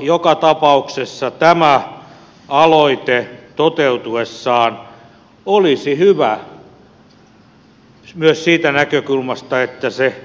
joka tapauksessa tämä aloite toteutuessaan olisi hyvä myös siitä näkökulmasta että se